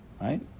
Right